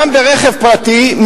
גם ברכב פרטי,